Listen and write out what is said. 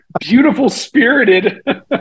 beautiful-spirited